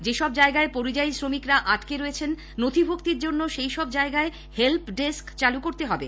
যেসব জায়গায় পরিযায়ী শ্রমিকরা আটকে আছেন নথিভুক্তির জন্য সেইসব জায়গায় হেল্ফ ডেস্ক চালু করতে হবে